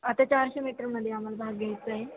आता चारशे मीटरमध्ये आम्हाला भाग घ्यायचा आहे